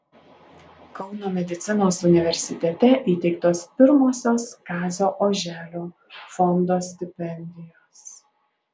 kauno medicinos universitete įteiktos pirmosios kazio oželio fondo stipendijos